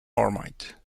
marmite